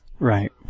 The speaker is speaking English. Right